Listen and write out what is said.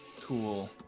Cool